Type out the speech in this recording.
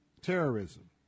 terrorism